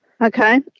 Okay